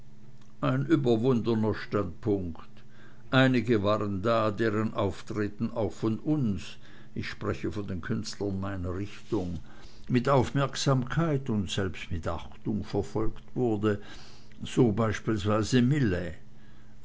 ein überwundener standpunkt einige waren da deren auftreten auch von uns ich spreche von den künstlern meiner richtung mit aufmerksamkeit und selbst mit achtung verfolgt wurde so beispielsweise millais